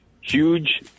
Huge